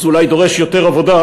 זה אולי דורש יותר עבודה,